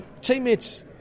Teammates